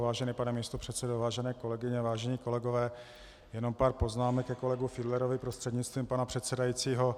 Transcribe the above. Vážený pane místopředsedo, vážené kolegyně, vážení kolegové, jenom pár poznámek ke kolegovi Fiedlerovi prostřednictvím pana předsedajícího.